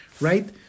right